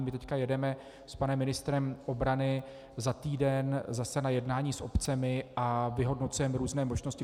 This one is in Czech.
My teď jedeme s panem ministrem obrany za týden zase na jednání s obcemi a vyhodnocujeme různé možnosti.